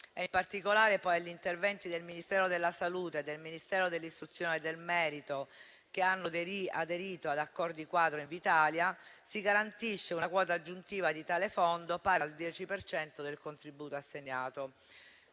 In particolare, poi, per gli interventi del Ministero della salute e del Ministero dell'istruzione e del merito, che hanno aderito ad Accordi Quadro Invitalia, si garantisce una quota aggiuntiva di tale fondo, pari al 10 per cento del contributo assegnato.